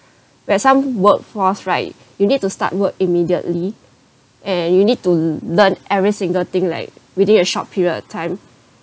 where some workforce right you need to start work immediately and you need to learn every single thing like within a short period of time